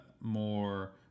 more